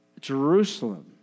Jerusalem